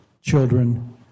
children